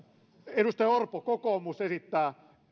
edustaja orpo kokoomus esittää